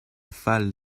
fall